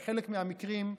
בחלק מהמקרים,